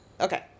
Okay